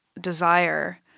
desire